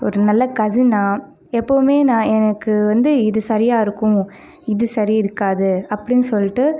ஒரு நல்ல கசினாக எப்போவுமே நான் எனக்கு வந்து இது சரியாக இருக்கும் இது சரி இருக்காது அப்படினு சொல்லிகிட்டு